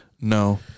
No